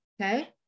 Okay